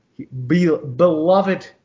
beloved